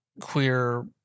queer